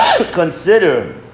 consider